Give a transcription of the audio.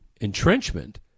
entrenchment